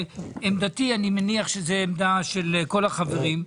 עמדתי, אני מניח שזאת עמדה של כל החברים,